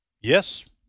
Yes